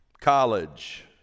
college